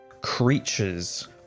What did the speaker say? creatures